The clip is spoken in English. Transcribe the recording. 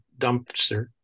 dumpster